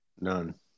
None